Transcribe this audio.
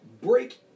break